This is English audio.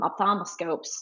ophthalmoscopes